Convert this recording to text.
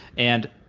and